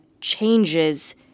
changes